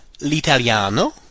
l'italiano